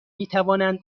میتوانند